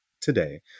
today